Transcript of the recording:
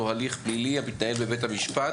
או הליך פלילי המתנהל בבית המשפט